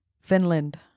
Finland